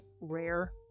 rare